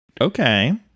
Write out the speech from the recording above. okay